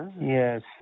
Yes